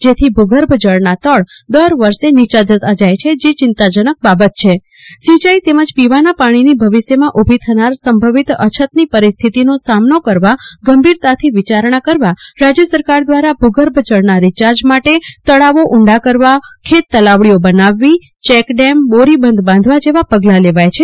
જેથી ભુગર્ભ જળના તળ દર વષ નીચા જતા જાય છે જે ચિંતાજનક બાબત છે સિંચાઈ તેમજ પીવાના પાણીની ભવિષ્યમાં ઉભી થનારો સંભવિત અછતની પરિસ્થિતિનો સામ નો કરવા ગંભીરતાથી વિચારણા કરવા રાજય સરકાર દવારા ભગર્ભ જળના રીચાર્જ માટે તળાવો ઉંડા કરવા ખેત તલાવડીઓ બનાવવી ચેકડેમ બોરીબંધ બાંધવા જેવા પગલા લેવાય છે